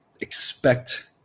expect